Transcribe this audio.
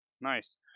Nice